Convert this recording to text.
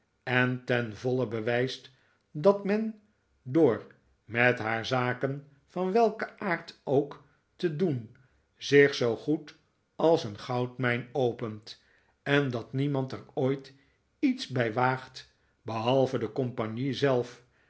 en ten voile bewijst dat men door met haar zaken van welken aard ook te doen zich zoo goed als een goudmijn opent en dat niemand er ooit iets bij waagt behalve de compagnie zelf